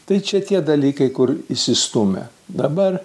tai čia tie dalykai kur išsistūmė dabar